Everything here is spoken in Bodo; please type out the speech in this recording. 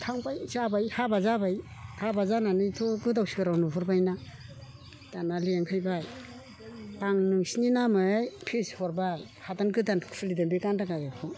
थांबाय जाबाय हाबा जाबाय हाबा जानानैथ' गोदाव सोराव नुहरबायना दानिया लिंहैबाय आं नोंसोरनि नामै फिस हरबाय हादान गोदान खुलिदो बे गान्दा गागेबखौ